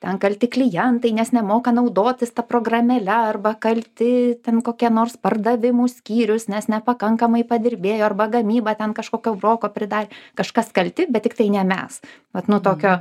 ten kalti klientai nes nemoka naudotis ta programėle arba kalti ten kokia nors pardavimų skyrius nes nepakankamai padirbėjo arba gamyba ten kažkokio broko pridarė kažkas kalti bet tiktai ne mes vat nuo tokio